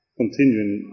continuing